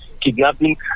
kidnapping